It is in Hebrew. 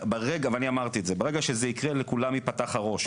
אני אמרתי שברגע שזה יקרה, לכולם ייפתח הראש.